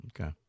Okay